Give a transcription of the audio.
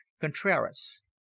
Contreras